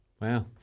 Wow